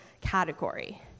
category